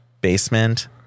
basement